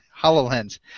HoloLens